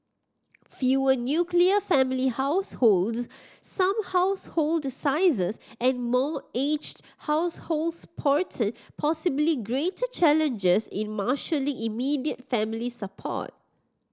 fewer nuclear family households some household sizes and more aged households portend possibly greater challenges in marshalling immediate family support